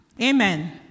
Amen